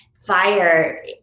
fire